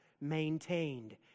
maintained